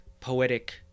poetic